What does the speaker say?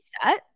set